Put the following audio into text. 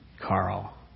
carl